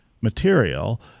material